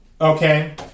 Okay